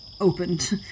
opened